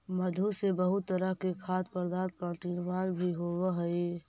मधु से बहुत तरह के खाद्य पदार्थ का निर्माण भी होवअ हई